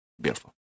Beautiful